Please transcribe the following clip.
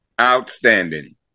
Outstanding